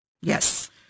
Yes